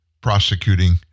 prosecuting